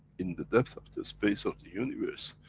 in the depth of the space of the universe,